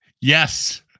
yes